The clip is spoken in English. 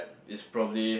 is probably